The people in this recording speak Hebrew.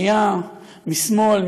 משמאל,